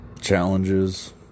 challenges